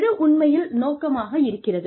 எது உண்மையில் நோக்கமாக இருக்கிறது